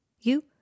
You